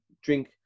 drink